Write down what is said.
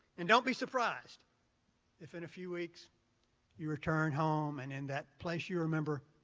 and don't be surprised if in a few weeks you return home, and in that place you remember,